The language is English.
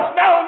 no